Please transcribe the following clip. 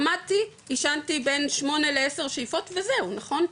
עמדתי, עישנתי בין שמונה לעשר שאיפות וזהו, נכון?